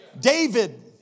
David